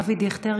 אבי דיכטר,